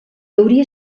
hauria